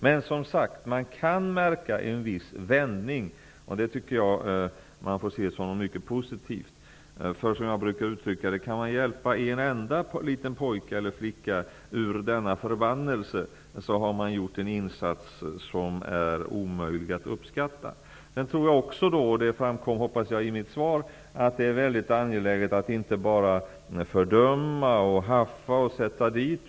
Men, som sagt, man kan märka en viss vändning. Det tycker jag man får se som mycket positivt. Kan man hjälpa en enda liten pojke eller flicka ur denna förbannelse har man gjort en insats som är omöjlig att uppskatta. Jag hoppas att det framkom i mitt svar att det är angeläget att inte bara fördöma, haffa och sätta dit.